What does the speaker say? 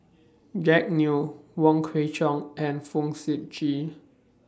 Jack Neo Wong Kwei Cheong and Fong Sip Chee